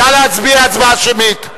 נא להצביע הצבעה שמית.